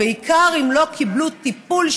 בעיקר אם לא קיבלו טיפול,